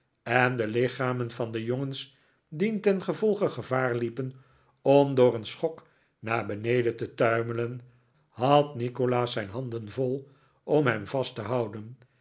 en de lichamen van de jongens dientengevolge gevaar liepen om door een schok naar beneden te tuimelen had nikolaas zijn handen vol om hen vast te houden